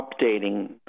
updating